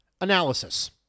analysis